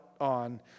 on